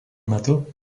metu